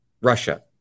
russia